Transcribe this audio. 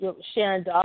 Sharon